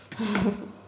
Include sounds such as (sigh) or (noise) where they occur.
(laughs)